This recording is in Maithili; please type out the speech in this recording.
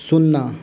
शुन्ना